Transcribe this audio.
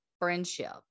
friendship